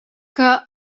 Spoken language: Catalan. que